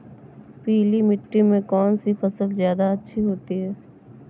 पीली मिट्टी में कौन सी फसल ज्यादा अच्छी होती है?